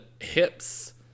hips